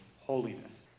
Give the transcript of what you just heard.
holiness